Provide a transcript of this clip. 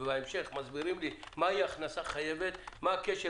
ובהמשך מסבירים לי מה היא הכנסה חייבת מה הקשר